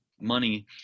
money